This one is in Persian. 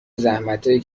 زحمتایی